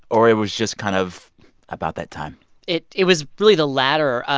or it was just kind of about that time it it was really the latter. ah